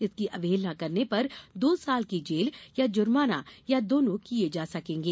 इसकी अवहेलना करने पर दो साल की जेल या जुर्माना या दोनों दिये जा सकेंगे